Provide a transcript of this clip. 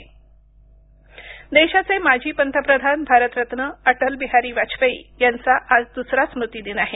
स्मृतिदिन देशाचे माजी पंतप्रधान भारतरत्न अटल बिहारी वाजपेयी यांचा आज दुसरा स्मृतिदिन आहे